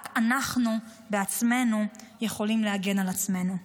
רק אנחנו בעצמנו יכולים להגן על עצמנו.